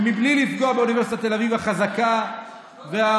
ולי לפגוע באוניברסיטת תל אביב, החזקה והמבוססת,